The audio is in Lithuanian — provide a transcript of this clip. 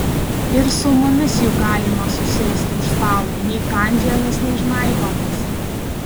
ir su mumis juk galima susėsti už stalo nei kandžiojamės nei žnaibomės